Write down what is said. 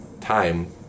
time